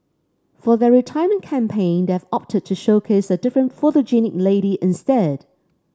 for their retirement campaign they have opted to showcase a different photogenic lady instead